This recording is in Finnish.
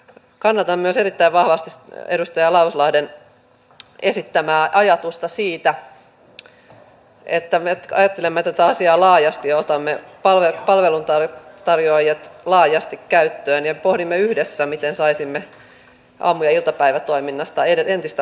kannatan myös erittäin vahvasti edustaja lauslahden esittämää ajatusta siitä että me ajattelemme tätä asiaa laajasti ja otamme palveluntarjoajat laajasti käyttöön ja pohdimme yhdessä miten saisimme aamu ja iltapäivätoiminnasta entistä laajempaa